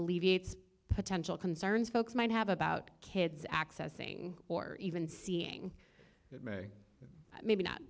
alleviates potential concerns folks might have about kids accessing or even seeing it may maybe not